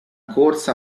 corsa